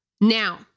Now